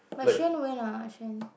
but Chuan went ah Le-Chuan